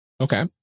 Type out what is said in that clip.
okay